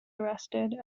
arrested